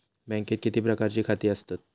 बँकेत किती प्रकारची खाती आसतात?